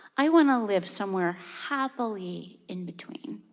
i want to live somewhere happily in between.